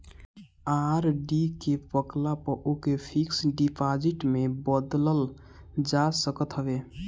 RD के पकला पअ ओके फिक्स डिपाजिट में बदल जा सकत हवे